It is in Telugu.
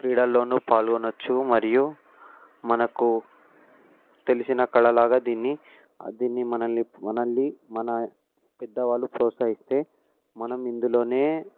క్రీడలలో పాల్గొనవచ్చు మరియు మనకు తెలిసిన కళలాగా దీన్నీ దీన్నీ మనల్ని మనల్ని మన పెద్దవాళ్ళు ప్రోత్సహిస్తే మనం ఇందులోనే